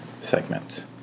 segment